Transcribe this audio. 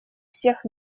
всех